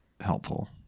helpful